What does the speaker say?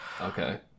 okay